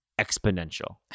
exponential